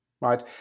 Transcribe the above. right